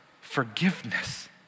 forgiveness